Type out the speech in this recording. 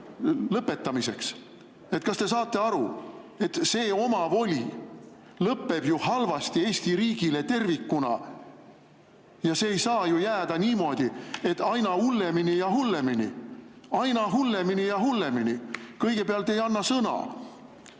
Kas te saate aru, et see omavoli lõpeb halvasti Eesti riigile tervikuna? See ei saa ju jääda niimoodi, et aina hullemini ja hullemini. Aina hullemini ja hullemini! Kõigepealt ei anna sõna,